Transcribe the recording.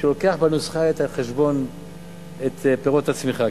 שלוקח בנוסחה את פירות הצמיחה.